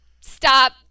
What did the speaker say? stop